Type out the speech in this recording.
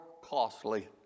costly